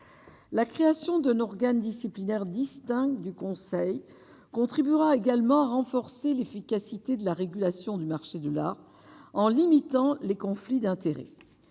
La création d'un organe disciplinaire distincte du Conseil contribuera également à renforcer l'efficacité de la régulation du marché de l'art en limitant les conflits d'intérêts,